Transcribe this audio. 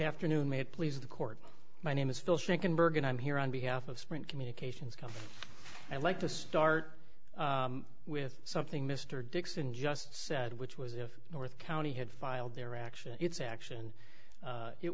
afternoon may it please the court my name is phil shaken bergen i'm here on behalf of sprint communications company i like to start with something mr dixon just said which was if north county had filed their action its action